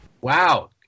Wow